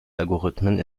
algorithmen